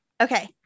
Okay